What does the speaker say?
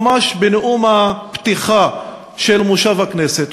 ממש בנאום הפתיחה של מושב הכנסת,